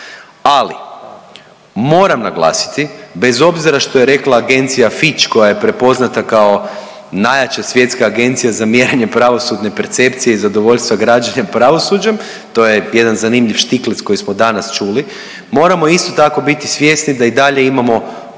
Ali moram naglasiti bez obzira što je rekla Agencija Fitch koja je prepoznata kao najjača svjetska Agencija za mjerenje pravosudne percepcije i zadovoljstva građana pravosuđem, to je jedan zanimljivi štiklec koji smo danas čuli, moramo isto tako biti svjesni da i dalje imamo